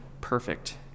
perfect